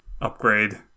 upgrade